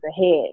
ahead